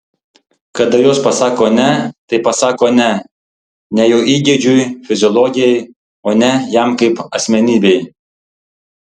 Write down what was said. kada jos pasako ne tai pasako ne ne jo įgeidžiui fiziologijai o ne jam kaip asmenybei